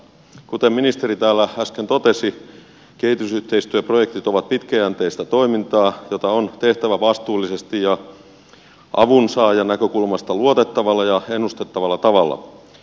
kuten ministeri täällä äsken totesi kehitysyhteistyöprojektit ovat pitkäjänteistä toimintaa jota on tehtävä vastuullisesti ja avunsaajan näkökulmasta luotettavalla ja ennustettavalla tavalla